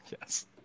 Yes